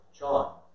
John